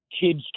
kids